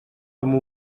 com